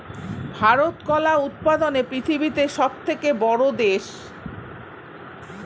ভারত কলা উৎপাদনে পৃথিবীতে সবথেকে বড়ো দেশ